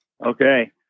Okay